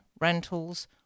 rentals